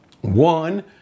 one